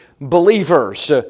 Believers